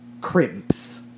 crimps